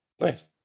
Nice